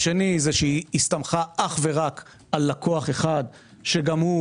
השני, היא הסתמכה אך ורק על לקוח אחד שגם הוא